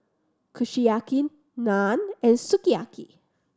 Kushiyaki Naan and Sukiyaki